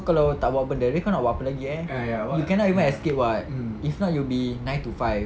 kalau tak buat benda then kau nak buat apa lagi eh you cannot even escape [what] if not you'll be nine to five